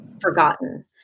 forgotten